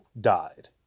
died